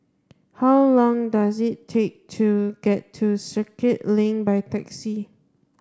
how long does it take to get to Circuit Link by taxi